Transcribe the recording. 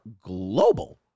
global